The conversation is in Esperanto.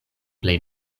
plej